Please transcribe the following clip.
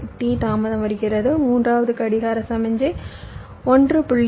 9T தாமதம் வருகிறது மூன்றாவது கடிகார சமிக்ஞை 1